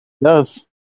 yes